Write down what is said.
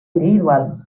individual